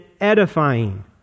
edifying